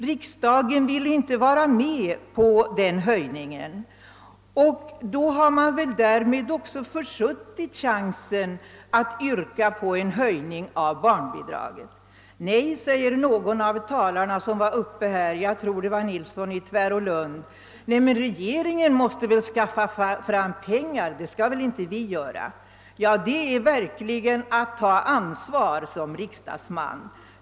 Riksdagen ville inte gå med på den ytterligare höjningen, och därmed har vi också försuttit chansen att yrka på en höjning av barnbidraget. Någon av de talare som här var uppe — jag tror det var herr Nilsson i Tvärålund — sade: Det är väl regeringens sak att skaffa fram pengar — det skall väl inte vi göra! Det är verkligen att ta ansvar som riksdagsman.